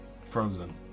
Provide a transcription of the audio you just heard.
frozen